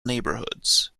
neighborhoods